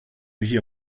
hear